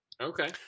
Okay